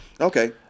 Okay